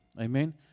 Amen